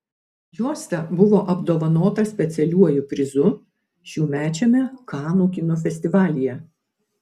juosta buvo apdovanota specialiuoju prizu šiųmečiame kanų kino festivalyje